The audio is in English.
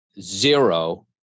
zero